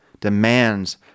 demands